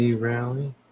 rally